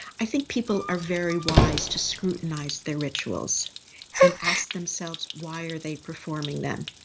i think people are very wise to scrutinise their rituals and ask themselves why are they performing them.